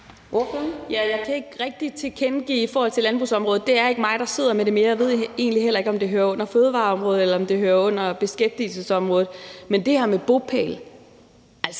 Jeg kan ikke rigtig komme med en tilkendegivelse i forhold til landbrugsområdet, for det er ikke mig, der sidder med det mere, og jeg ved egentlig heller ikke, om det hører under fødevareområdet, eller om det hører under beskæftigelsesområdet. Men i forhold til